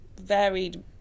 varied